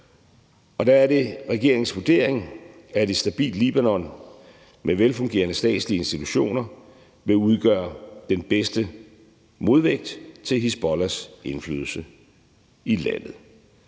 Der er det regeringens vurdering, at et stabilt Libanon med velfungerende statslige institutioner vil udgøre den bedste modvægt til Hizbollahs indflydelse i landet.